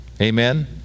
Amen